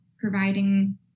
providing